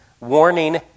warning